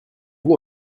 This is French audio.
vous